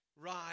rise